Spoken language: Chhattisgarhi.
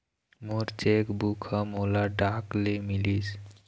मोर चेक बुक ह मोला डाक ले मिलिस